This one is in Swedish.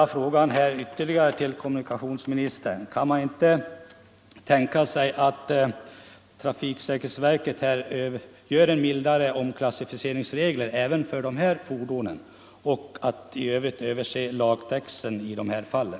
Jag vill då ytterligare fråga kommunikationsministern: Kan man inte tänka sig att trafiksäkerhetsverket utfärdar mildare omklassificeringsregler även för dessa fordon och att det i övrigt sker en översyn av lagtexten som gäller de här fallen?